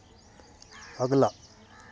अगला